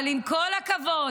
אבל עם כל הכבוד,